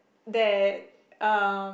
that um